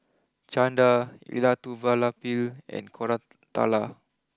Chanda Elattuvalapil and Koratala